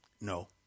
No